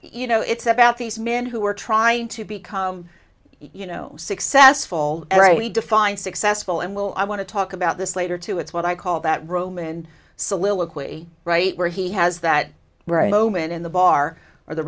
you know it's about these men who are trying to become you know successful already defined successful and well i want to talk about this later too it's what i call that roman soliloquy right where he has that right moment in the bar or the